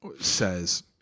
says